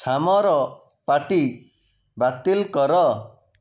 ଶ୍ୟାମର party ବାତିଲ୍ କର